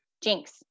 Jinx